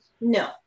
No